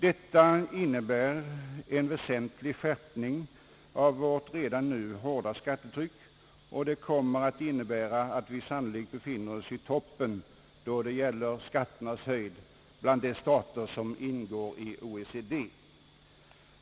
Detta betyder en väsentlig skärpning av vårt redan nu hårda skattetryck och kommer att innebära att vi sannolikt befinner oss i toppen när det gäller skatternas höjd bland de stater som ingår i OECD.